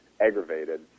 aggravated